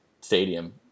stadium